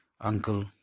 uncle